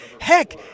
Heck